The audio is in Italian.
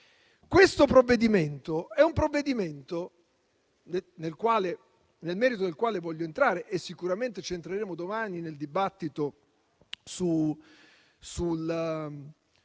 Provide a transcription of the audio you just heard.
Questo provvedimento, nel merito del quale voglio entrare e sicuramente ci entreremo domani nel dibattito sul